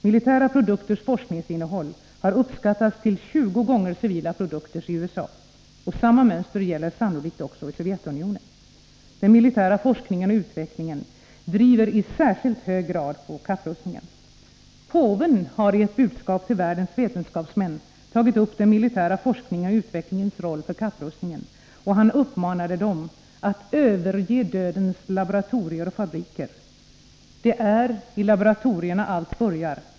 Militära produkters forskningsinnehåll har uppskattats vara 20 gånger större än civila produkters i USA. Samma mönster gäller sannolikt också i Sovjetunionen. Den militära forskningen och utvecklingen driver i särskilt hög grad på kapprustningen. Påven har i ett budskap till världens vetenskapsmän tagit upp den militära forskningens och utvecklingens roll för kapprustningen. Han uppmanade dem att överge ”dödens laboratorier och fabriker”. Det är i laboratorierna allt börjar.